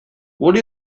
what